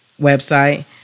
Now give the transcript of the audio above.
website